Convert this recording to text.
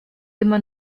immer